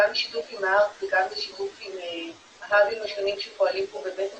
גם בשיתוף עם --- וגם בשיתוף עם ה-hub השונים שפועלים פה בבית החולים,